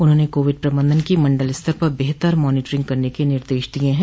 उन्होंने कोविड प्रबन्धन की मण्डल स्तर पर बेहतर मॉनिटरिंग के निर्देश दिए हैं